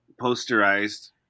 posterized